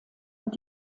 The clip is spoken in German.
und